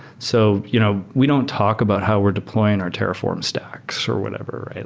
so you know we don't talk about how we're deploying our terraform stacks or whatever,